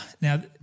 now